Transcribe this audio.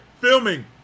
filming